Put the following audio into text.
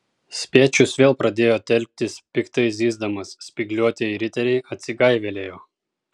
spiečius vėl pradėjo telktis piktai zyzdamas spygliuotieji riteriai atsigaivelėjo